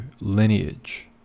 lineage